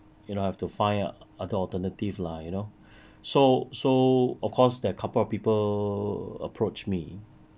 you know I have to find other alternative lah you know so so of course there couple of people approach me